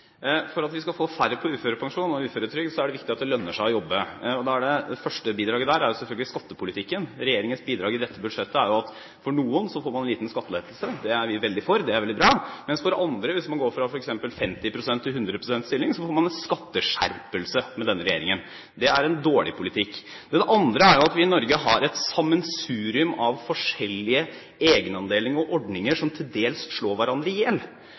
færre går over på uførepensjon og uføretrygd, er det viktig at det lønner seg å jobbe. Da er førstebidraget selvfølgelig skattepolitikken. Regjeringens bidrag i dette budsjettet er at noen får en liten skattelettelse. Det er vi veldig for. Det er veldig bra. Derimot får andre – hvis man går fra 50 pst. til 100 pst. stilling – en skatteskjerpelse med denne regjeringens budsjett. Det er en dårlig politikk. Det andre er at vi i Norge har et sammensurium av forskjellige egenandelsordninger som til dels slår hverandre